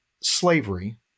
slavery